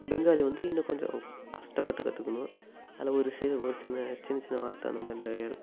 பெங்காலி வந்து இன்னும் கொஞ்சம் கஷ்டப்பட்டு கற்றுக்கணும் அதில் ஒரு சிறு ஒரு சின சின்ன சின்ன வார்த்தை அந்தமாதிரி நிறையா இருக்கும்